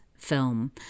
film